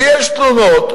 אולי השר איתן רוצה להשיב.